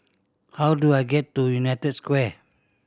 how do I get to United Square